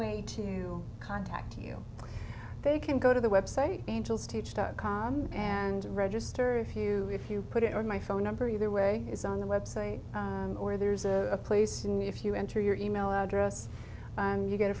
way to contact you they can go to the website angels teach dot com and register if you if you put it on my phone number either way is on the website or there's a place if you enter your e mail address and you get a